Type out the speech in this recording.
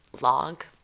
log